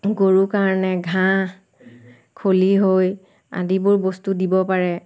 গৰুৰ কাৰণে ঘাঁহ খলিহৈ আদিবোৰ বস্তু দিব পাৰে